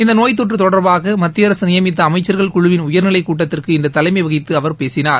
இந்த நோய்த்தொற்று தொடர்பாக மத்திய அரசு நியமித்த அமைச்சர்கள் குழுவின் உயர்நிலை கூட்டத்திற்கு இன்று தலைமை வகித்து அவர் பேசினார்